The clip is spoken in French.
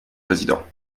président